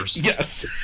Yes